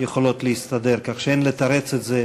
יכולות להסתדר, כך שאין לתרץ את זה